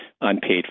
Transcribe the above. unpaid